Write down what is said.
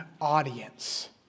audience